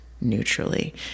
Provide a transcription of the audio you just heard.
neutrally